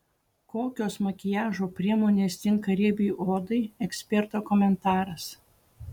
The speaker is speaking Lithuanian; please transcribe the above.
kokios makiažo priemonės tinka riebiai odai eksperto komentaras